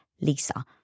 Lisa